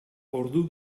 ordu